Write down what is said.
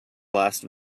last